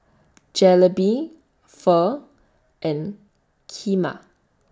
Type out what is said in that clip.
Jalebi Pho and Kheema